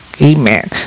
Amen